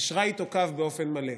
יישרה איתו קו באופן מלא.